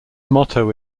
motto